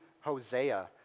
Hosea